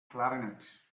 clarinet